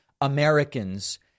Americans